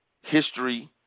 history